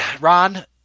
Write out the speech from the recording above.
Ron